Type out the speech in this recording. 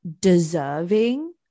deserving